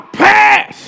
pass